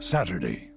Saturday